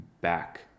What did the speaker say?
back